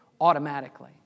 automatically